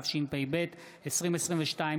התשפ"ב 2022,